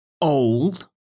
old